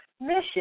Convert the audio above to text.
mission